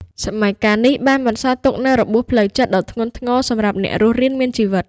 សម័យកាលនេះបានបន្សល់ទុកនូវរបួសផ្លូវចិត្ត ដ៏ធ្ងន់ធ្ងរសម្រាប់អ្នករស់រានមានជីវិត។